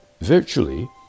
virtually